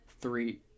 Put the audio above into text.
three